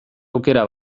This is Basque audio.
aukera